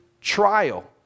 trial